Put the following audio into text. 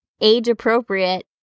age-appropriate